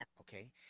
okay